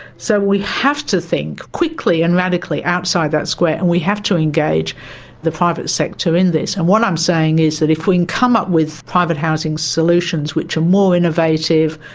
so we have to think quickly and radically outside that square and we have to engage the private sector in this. and what i'm saying is that if we can come up with private housing solutions which are more innovative,